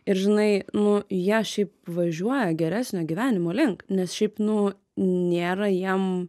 ir žinai nu jie šiaip važiuoja geresnio gyvenimo link nes šiaip nu nėra jiem